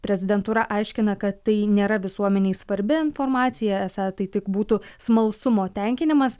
prezidentūra aiškina kad tai nėra visuomenei svarbi informacija esą tai tik būtų smalsumo tenkinimas